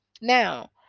now